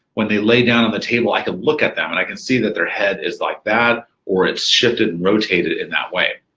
when they lay down on the table, i can look at them, and i can see that their head is like that, or it's shifted and rotated in that way.